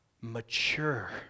mature